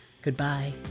Goodbye